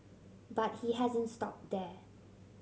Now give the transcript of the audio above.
but he hasn't stopped there